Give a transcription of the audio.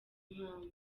impamvu